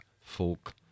folk